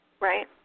Right